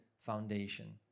foundation